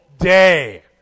day